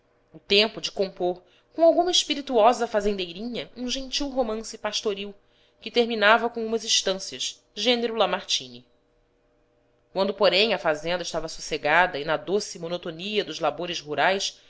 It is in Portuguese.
o tempo de compor com alguma espirituosa fazen deirinha um gentil romance pastoril que terminava com umas estâncias gênero lamartine quando porém a fazenda estava sossegada e na doce monotonia dos labores rurais